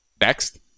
Next